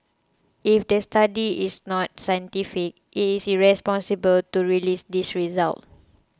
if the study is not scientific it is irresponsible to release these results